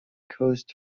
coast